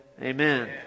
amen